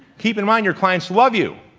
keep in mind your clients love you,